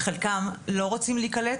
חלקם לא רוצים להיקלט,